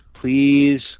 Please